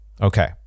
Okay